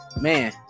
man